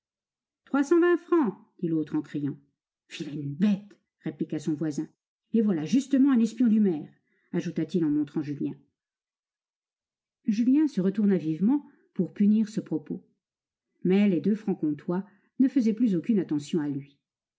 vingt francs dit l'autre en criant vilaine bête répliqua son voisin et voilà justement un espion du maire ajouta-t-il en montrant julien julien se retourna vivement pour punir ce propos mais les deux francs comtois ne faisaient plus aucune attention à lui